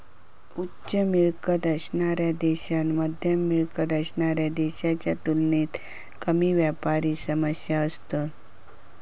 उच्च मिळकत असणाऱ्या देशांत मध्यम मिळकत असणाऱ्या देशांच्या तुलनेत कमी व्यापारी समस्या असतत